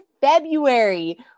February